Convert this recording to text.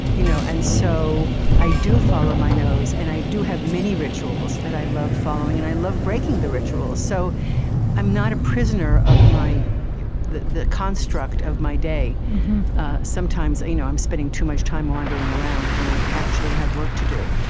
you know and so i do follow my nose, and i do have many rituals that i love following, and i love breaking the rituals, so i'm not a prisoner of the the construct of my day sometimes, you know i'm spending too much time wandering around when i actually have work to do,